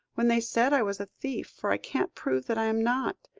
when they said i was a thief, for i can't prove that i am not.